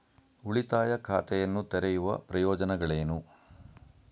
ಉಳಿತಾಯ ಖಾತೆಯನ್ನು ತೆರೆಯುವ ಪ್ರಯೋಜನಗಳೇನು?